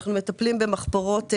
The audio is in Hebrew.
אנחנו מטפלים במחפורות מלבין.